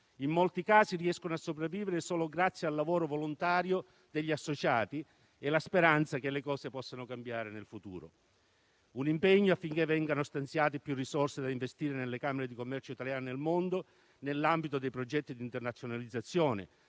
In molti casi riescono a sopravvivere solo grazie al lavoro volontario degli associati e la speranza è che le cose possano cambiare nel futuro. Sarebbe non solo opportuno, ma necessario un impegno affinché vengano stanziate più risorse da investire nelle camere di commercio italiane nel mondo, nell'ambito dei progetti di internazionalizzazione,